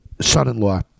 son-in-law